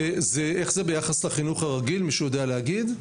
איך זה ביחס לחינוך הרגיל, מישהו יודע להגיד?